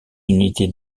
unités